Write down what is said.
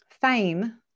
Fame